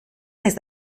naiz